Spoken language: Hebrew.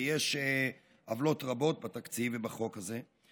ויש עוולות רבות בתקציב ובחוק הזה,